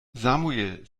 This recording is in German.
samuel